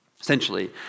Essentially